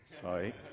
Sorry